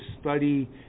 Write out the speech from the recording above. study